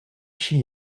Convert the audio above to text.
she